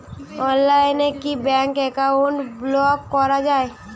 অনলাইনে কি bank account block করা য়ায়?